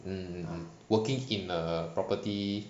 mm mm mm working in a property